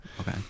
Okay